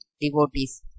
devotees